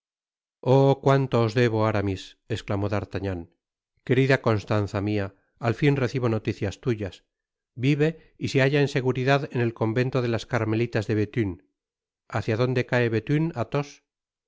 oh cuánto os debo aramis esclamó d'artagnan querida constanza mia al fin recibo noticias tuyas vive y se halla en seguridad en el convento de las carmelitas de bethune itácia dónde cae bethune athos